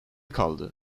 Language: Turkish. kaldı